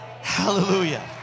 Hallelujah